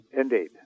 Indeed